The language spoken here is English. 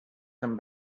them